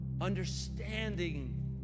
understanding